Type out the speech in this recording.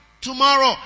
tomorrow